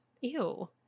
ew